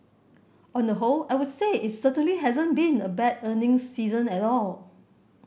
on the whole I would say it certainly hasn't been a bad earnings season at all